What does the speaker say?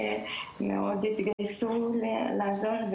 שמאוד התגייסו לעזור,